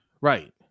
Right